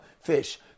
fish